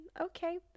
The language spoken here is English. Okay